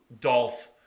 Dolph